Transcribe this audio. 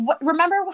Remember